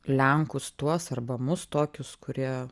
lenkus tuos arba mus tokius kurie